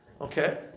Okay